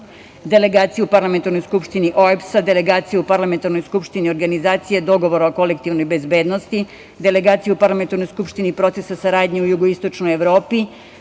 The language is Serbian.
delegacija u Parlamentarnoj skupštini OEBS-a, delegacija u Parlamentarnoj skupštini Organizacije dogovora o kolektivnoj bezbednosti, delegacija u Parlamentarnoj skupštini Procesa saradnje u jugoistočnoj Evropi,